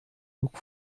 look